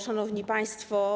Szanowni Państwo!